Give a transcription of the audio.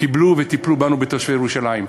קיבלו וטיפלו בנו, בתושבי ירושלים.